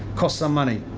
costs some money.